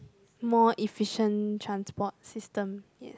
more efficient transport system ya